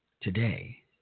today